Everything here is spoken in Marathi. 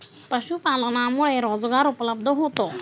पशुपालनामुळे रोजगार उपलब्ध होतो